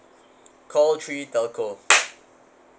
call three telco